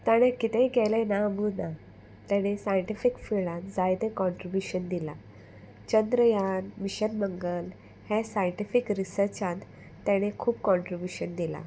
ताणें कितेंय केलें ना म्हणूना तेणे सायन्टिफीक फिल्डान जायते कॉन्ट्रिब्युशन दिलां चंद्रयान मिशन मंगल हे सायंटिफीक रिसर्चान ताणें खूब कॉन्ट्रिब्युशन दिलां